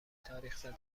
تاریخزده